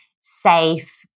safe